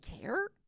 care